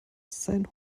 seinen